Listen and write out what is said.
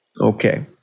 Okay